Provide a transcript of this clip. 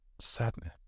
sadness